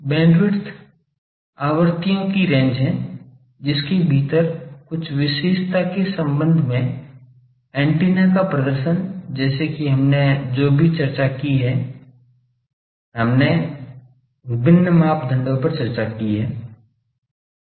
bandwidth आवृत्तियों की range है जिसके भीतर कुछ विशेषता के संबंध में एंटीना का प्रदर्शन जैसे कि हमने जो भी चर्चा की है कि हमने विभिन्न मापदंडों पर चर्चा की है